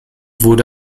wurde